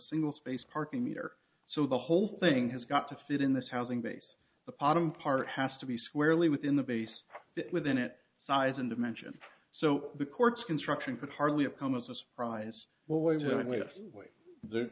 single spaced parking meter so the whole thing has got to fit in this housing base the pot on part has to be squarely within the base within it size and dimension so the courts construction projects have come as a surprise